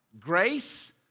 Grace